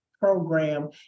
program